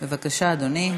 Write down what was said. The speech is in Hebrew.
בבקשה, אדוני.